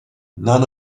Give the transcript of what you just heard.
none